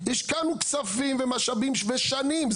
השקענו כספים במשאבים ושנים,